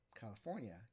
California